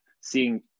seeing